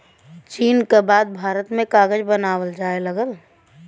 चीन क बाद भारत में कागज बनावल जाये लगल